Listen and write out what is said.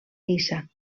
niça